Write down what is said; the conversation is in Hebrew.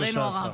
לצערנו הרב.